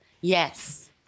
Yes